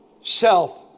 self